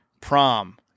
prom